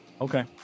Okay